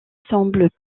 semblent